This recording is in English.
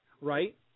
right